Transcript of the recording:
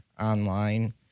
online